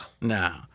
no